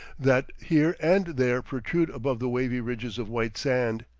that here and there protrude above the wavy ridges of white sand.